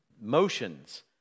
motions